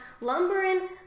lumbering